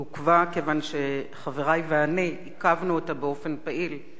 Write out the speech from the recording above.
היא עוכבה כיוון שחברי ואני עיכבנו אותה באופן פעיל,